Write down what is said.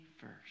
first